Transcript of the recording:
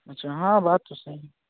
अच्छा हाँ बात तो सही